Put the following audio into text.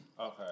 Okay